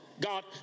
God